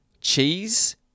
Cheese